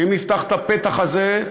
ואם נפתח את הפתח הזה,